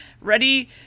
ready